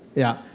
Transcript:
yeah,